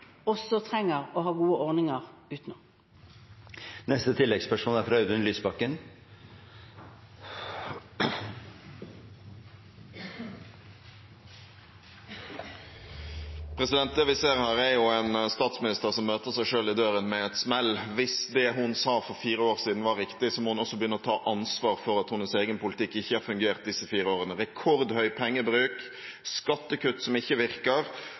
trenger å ha gode ordninger utenom. Audun Lysbakken – til oppfølgingsspørsmål. Det vi ser her, er en statsminister som møter seg selv i døren med et smell. Hvis det hun sa for fire år siden, var riktig, må hun også begynne å ta ansvar for at hennes egen politikk ikke har fungert disse fire årene. Det er rekordhøy pengebruk, skattekutt som ikke virker,